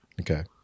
Okay